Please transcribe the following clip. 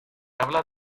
habla